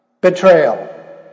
Betrayal